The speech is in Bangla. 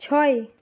ছয়